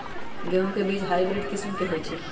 गेंहू के बीज हाइब्रिड किस्म के होई छई?